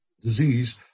disease